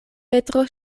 petro